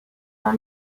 dans